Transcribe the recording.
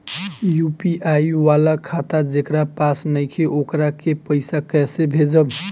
UPI वाला खाता जेकरा पास नईखे वोकरा के पईसा कैसे भेजब?